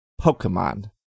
Pokemon